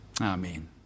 Amen